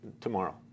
tomorrow